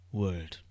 world